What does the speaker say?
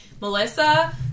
Melissa